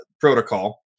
protocol